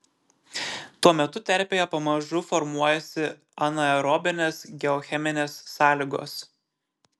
tuo metu terpėje pamažu formuojasi anaerobinės geocheminės sąlygos